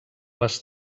les